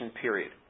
period